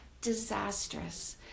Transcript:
disastrous